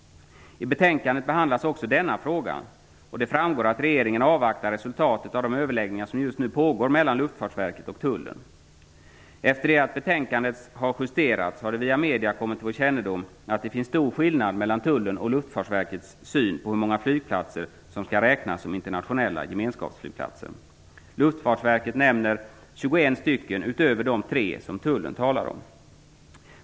I betänkandet behandlas också denna fråga, och det framgår att regeringen avvaktar resultatet av de överläggningar som nu pågår mellan Luftfartsverket och Tullen. Efter det att betänkandet justerats har det via medier kommit till vår kännedom att det finns stor skillnad mellan Tullen och Luftfartsverket i synen på hur många flygplatser som skall räknas som internationella gemenskapsflygplatser. Luftfartsverket nämner 21 stycken utöver de tre som Tullen talar om.